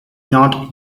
not